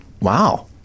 Wow